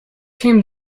came